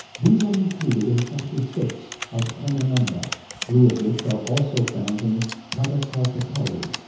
these are included in chapter six of karnananda three of which are also found in padakalpataru.